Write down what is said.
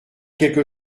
quelque